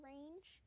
Range